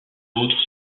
autres